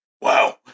Wow